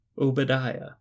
Obadiah